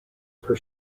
per